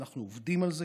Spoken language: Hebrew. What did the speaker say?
ואנחנו עובדים על זה,